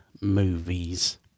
movies